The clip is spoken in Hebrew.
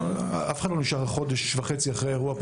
אף אחד לא נשאר פצוע חודש וחצי אחרי האירוע.